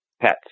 pets